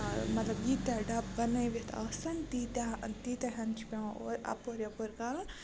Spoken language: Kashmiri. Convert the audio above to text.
مطلب ییٖتیٛاہ ڈَبہٕ بَنٲوِتھ آسَن تیٖتیٛاہ تیٖتیٛاہَن چھُ پٮ۪وان اورٕ اَپور یَپٲرۍ کَرُن